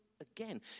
again